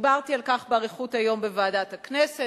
דיברתי על כך באריכות היום בוועדת הכנסת,